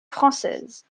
française